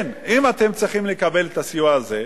כן, אם אתם צריכים לקבל את הסיוע הזה,